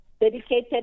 dedicated